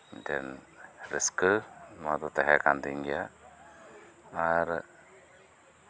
ᱢᱤᱫᱴᱮᱱ ᱨᱟᱹᱥᱠᱟᱹ ᱱᱚᱶᱟ ᱫᱚ ᱛᱟᱦᱮᱸ ᱠᱟᱱ ᱛᱤᱧ ᱜᱮᱭᱟ ᱟᱨ